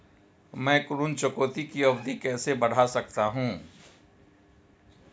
मैं ऋण चुकौती की अवधि कैसे बढ़ा सकता हूं?